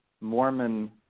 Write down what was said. Mormon